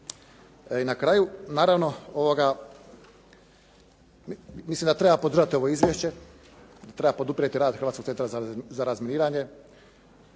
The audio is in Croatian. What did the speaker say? na kraju, naravno mislim da treba podržati ovo izvješće, treba poduprijeti rad Hrvatskog centra za razminiranje,